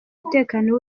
umutekano